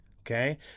Okay